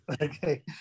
Okay